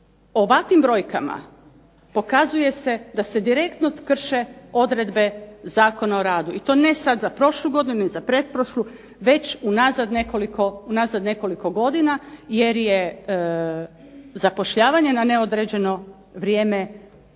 ovakvim brojkama pokazuje se da se direktno krše odredbe Zakona o radu i to ne sada za prošlu godinu i pretprošlu već unazad nekoliko godina, jer je zapošljavanje na neodređeno vrijeme osnovni